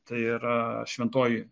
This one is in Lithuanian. tai yra šventoji